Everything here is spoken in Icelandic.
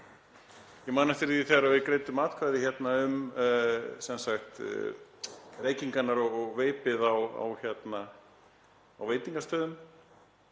Ég man eftir því þegar við greiddum atkvæði hérna um reykingarnar og veipið á veitingastöðum.